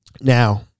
Now